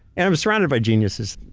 and i was surrounded by geniuses.